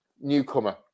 newcomer